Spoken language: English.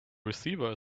receiver